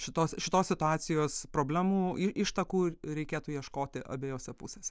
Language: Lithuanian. šitos šitos situacijos problemų ir ištakų reikėtų ieškoti abiejose pusėse